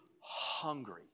hungry